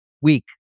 week